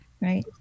right